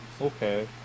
Okay